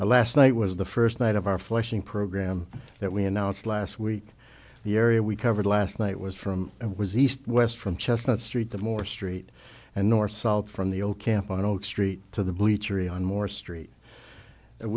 director last night was the first night of our flushing program that we announced last week the area we covered last night was from was east west from chestnut street the more street and nor solid from the old camp on oak street to the bleachery on more street